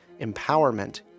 Empowerment